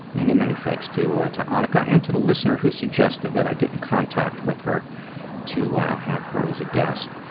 many, many thanks to ah to anneke ah and to the listener who suggested that i get in contact with her to have her as a guest.